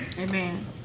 Amen